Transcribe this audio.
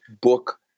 book